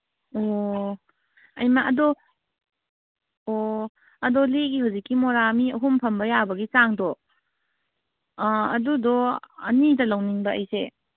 ꯑꯣ ꯑꯩꯃꯥ ꯑꯗꯣ ꯑꯣ ꯑꯗꯣ ꯂꯤꯒꯤ ꯍꯧꯖꯤꯛꯀꯤ ꯃꯣꯔꯥ ꯃꯤ ꯑꯈꯨꯝ ꯐꯝꯕ ꯌꯥꯕꯒꯤ ꯆꯥꯡꯗꯣ ꯑꯥ ꯑꯗꯨꯗꯣ ꯑꯅꯤꯗ ꯂꯧꯅꯤꯡꯕ ꯑꯩꯁꯦ